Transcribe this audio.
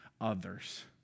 others